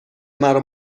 مرا